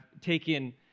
taken